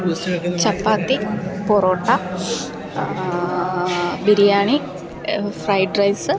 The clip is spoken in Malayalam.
chapati parotta biryani fried rice